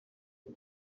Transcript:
uyu